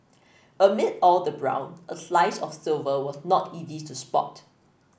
amid all the brown a slice of silver was not easy to spot